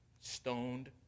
stoned